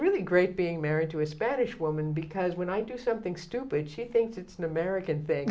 really great being married to a spanish woman because when i do something stupid she thinks it's an american thing